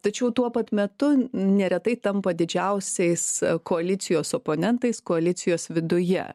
tačiau tuo pat metu neretai tampa didžiausiais koalicijos oponentais koalicijos viduje